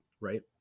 Right